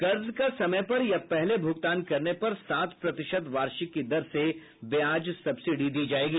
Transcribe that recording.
कर्ज का समय पर या पहले भुगतान करने पर सात प्रतिशत वार्षिक की दर से ब्याज सब्सिडी दी जाएगी